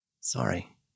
Sorry